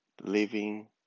living